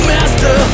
Master